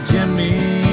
Jimmy